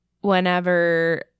whenever